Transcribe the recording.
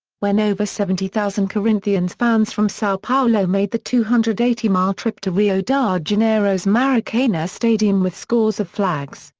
when over seventy thousand corinthians fans from sao paulo made the two hundred and eighty mile trip to rio da janeiro's maracana stadium with scores of flags,